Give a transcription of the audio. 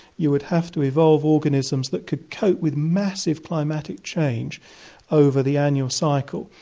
you would have to evolve organisms that could cope with massive climatic change over the annual cycle,